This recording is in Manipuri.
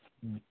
ꯎꯝ